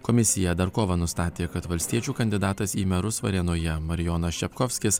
komisija dar kovą nustatė kad valstiečių kandidatas į merus varėnoje marijonas čepkovskis